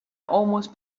almost